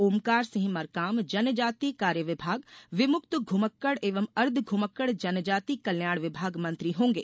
ओमकार सिंह मरकाम जनजातीय कार्य विभाग विमुक्त घुमक्कड़ एवं अर्द्वघुमक्कड़ जनजाति कल्याण विभाग मंत्री होंगे